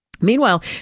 Meanwhile